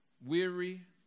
Weary